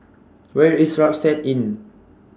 Where IS Rucksack Inn